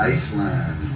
Iceland